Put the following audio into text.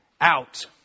out